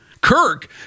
kirk